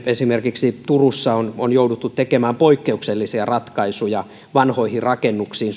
esimerkiksi turussa on on jouduttu tekemään poikkeuksellisia ratkaisuja vanhoihin rakennuksiin